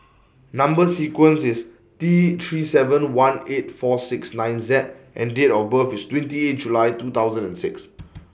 Number sequence IS T three seven one eight four six nine Z and Date of birth IS twenty eight July two thousand and six